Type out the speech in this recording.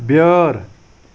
بیٲر